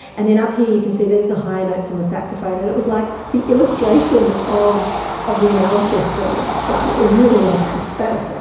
and then up here you can see there's the higher notes on the saxophone. and it was like the illustration of of the analysis that i'd done. it was really lovely. that was great.